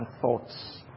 thoughts